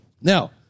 Now